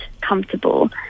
comfortable